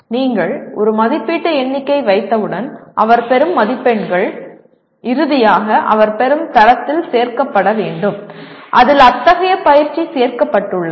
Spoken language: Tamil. நீங்கள் ஒரு மதிப்பீட்டு எண்ணிக்கை வைத்தவுடன் அவர் பெறும் மதிப்பெண்கள் இறுதியாக அவர் பெறும் தரத்தில் சேர்க்கப்பட வேண்டும் அதில் அத்தகைய பயிற்சி சேர்க்கப்பட்டுள்ளது